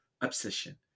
obsession